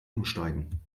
umsteigen